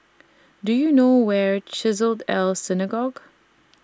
Do YOU know Where Chesed El Synagogue